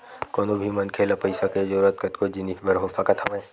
कोनो भी मनखे ल पइसा के जरुरत कतको जिनिस बर हो सकत हवय